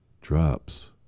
drops